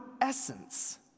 essence